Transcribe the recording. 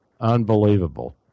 Unbelievable